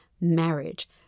marriage